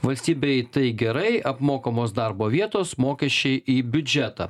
valstybei tai gerai apmokamos darbo vietos mokesčiai į biudžetą